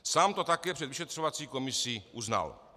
Sám to také před vyšetřovací komisí uznal.